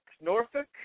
Norfolk